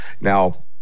now